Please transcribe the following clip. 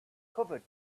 covered